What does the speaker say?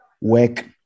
work